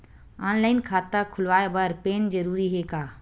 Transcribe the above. Online खाता खुलवाय बर पैन जरूरी हे का?